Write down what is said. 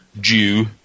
Jew